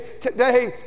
today